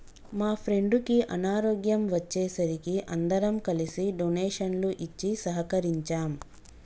మా ఫ్రెండుకి అనారోగ్యం వచ్చే సరికి అందరం కలిసి డొనేషన్లు ఇచ్చి సహకరించాం